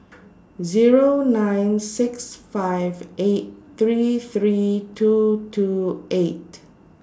Zero nine six five eight three three two two eight